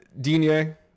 Dinier